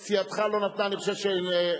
לא לא, אני ממשיך, בסדר.